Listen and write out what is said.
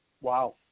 wow